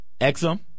Exum